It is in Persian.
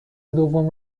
دوم